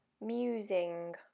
musing